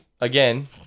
Again